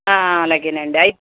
ఆ అలాగేనండి